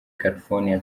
california